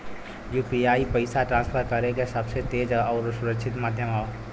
UPI पइसा transfer करे क सबसे तेज आउर सुरक्षित माध्यम हौ